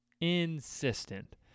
Insistent